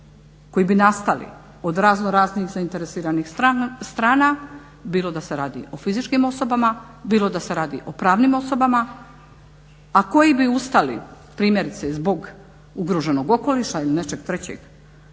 koji bi nastali od razno raznih zainteresiranih strana bilo da se radi o fizičkim osobama, bilo da se radi o pravnim osobama, a koji bi ustali primjerice zbog ugroženog okoliša ili nečeg trećeg